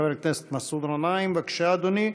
חבר הכנסת מסעוד גנאים, בבקשה, אדוני.